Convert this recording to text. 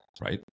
right